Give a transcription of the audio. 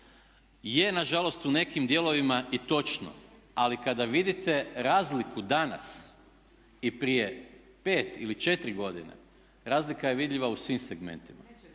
je nažalost u nekim dijelovima i točno ali kada vidite razliku danas i prije 5 ili četiri godine razlika je vidljiva u svim segmentima.